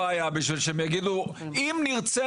הם יגידו שאם נרצה,